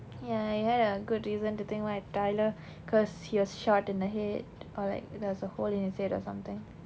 ya he had a good reason to think like tyler cause he was shot in the head or like there was a hole in his head or something